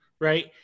right